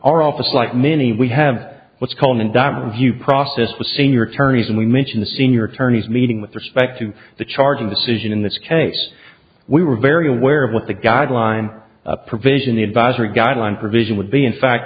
our office like many we have what's called a dominant view process the senior attorneys and we mention the senior attorneys meeting with respect to the charging decision in this case we were very aware of what the guideline provision the advisory guideline provision would be in fact